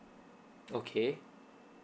okay